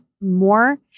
more